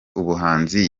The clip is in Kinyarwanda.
ubuhanzi